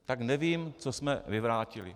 Tak nevím, co jsme vyvrátili.